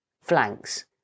flanks